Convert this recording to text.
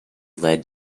led